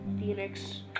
phoenix